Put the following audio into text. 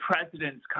presidents